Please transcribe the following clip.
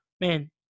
man –